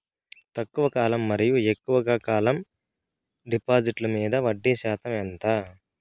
తక్కువ కాలం మరియు ఎక్కువగా కాలం డిపాజిట్లు మీద వడ్డీ శాతం ఎంత?